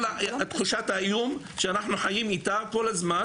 תחושת האיום שאנחנו חיים איתה כל הזמן